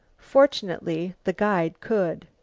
fortunately the guide could.